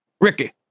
Ricky